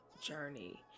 journey